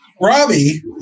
Robbie